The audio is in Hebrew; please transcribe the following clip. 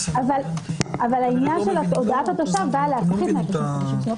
אבל העניין של הודעת התושב באה להפחית מ-30 חודשים.